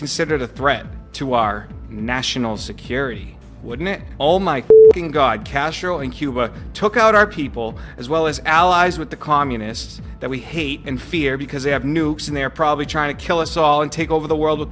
considered a threat to our national security wouldn't it all my god castro in cuba took out our people as well as allies with the communists that we hate and fear because they have nukes and they're probably trying to kill us all and take over the world with